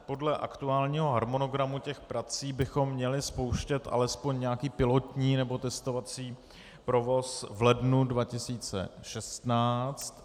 Podle aktuálního harmonogramu prací bychom měli spouštět alespoň nějaký pilotní nebo testovací provoz v lednu 2016.